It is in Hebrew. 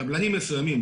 קבלנים מסוימים,